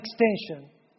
extension